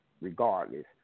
regardless